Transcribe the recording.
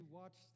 watch